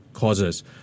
causes